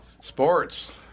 Sports